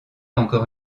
encore